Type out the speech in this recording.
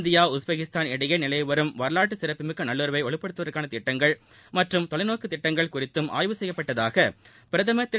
India Uzbekistan இடையே நிலவி வரும் வரவாற்று சிறப்புமிக்க நல்லுறவை வலுப்படுத்துவதற்கான திட்டங்கள் மற்றும் தொலைநோக்கு திட்டங்கள் குறித்தும் ஆய்வு செய்யப்பட்டதாக பிரதமர் திரு